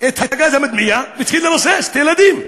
את הגז המדמיע והתחיל לרסס את הילדים.